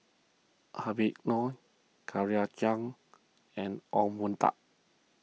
Habib Noh Claire Chiang and Ong Boon Tat